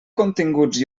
continguts